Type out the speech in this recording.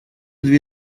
две